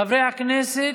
חברי הכנסת,